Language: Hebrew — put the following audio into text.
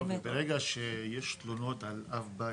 ברגע שיש תלונות על אב בית,